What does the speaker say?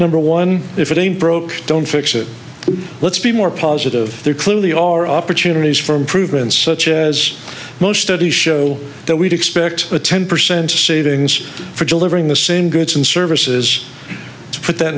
number one if it ain't broke don't fix it let's be more positive there clearly are opportunities for improvement such as most studies show that we'd expect a ten percent savings for delivering the same goods and services to put